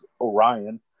Orion